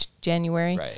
January